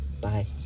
Bye